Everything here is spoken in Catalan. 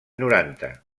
noranta